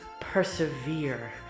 persevere